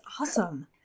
awesome